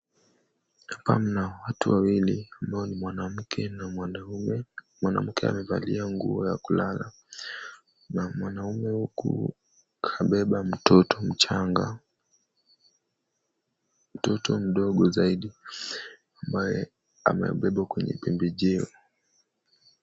Hapa kuna watu wawili ambao ni mwanamke na mwanaume. Mwanamke amevalia nguo ya kulala na mwanaume huku amebeba mtoto mchanga. Mtoto mdogo zaidi ambaye amebebwa kwenye pembejeo.